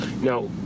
now